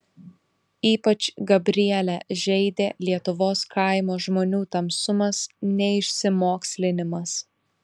ypač gabrielę žeidė lietuvos kaimo žmonių tamsumas neišsimokslinimas